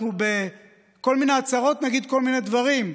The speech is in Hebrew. אנחנו בכל מיני הצהרות נגיד כל מיני דברים,